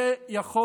זה יכול